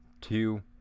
two